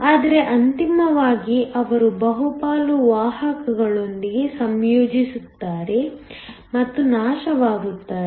ಆದರೆ ಅಂತಿಮವಾಗಿ ಅವರು ಬಹುಪಾಲು ವಾಹಕಗಳೊಂದಿಗೆ ಸಂಯೋಜಿಸುತ್ತಾರೆ ಮತ್ತು ನಾಶವಾಗುತ್ತಾರೆ